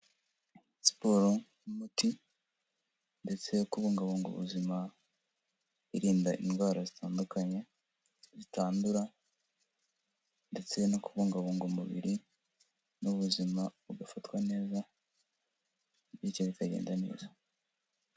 Siporo n'umuti ndetse kubungabunga ubuzima irinda indwara zitandukanye zitandura ndetse no kubungabunga umubiri n'ubuzima bugafatwa neza, bityo bikagenda neza.